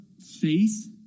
faith